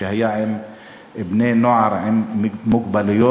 עם בני-נוער עם מוגבלות.